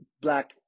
black